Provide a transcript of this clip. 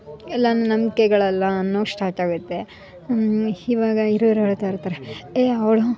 ಎಲ್ಲ ನಂಬಿಕೆಗಳಲ್ಲ ಅನ್ನೋದು ಶ್ಟಾಟಾಗುತ್ತೆ ಈಗ ಹಿರಿಯರು ಹೇಳುತ್ತಾ ಇರ್ತಾರೆ ಏ ಅವಳು